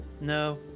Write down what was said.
No